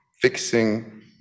fixing